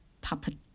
puppet